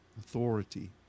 Authority